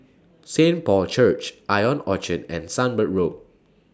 Saint Paul's Church Ion Orchard and Sunbird Road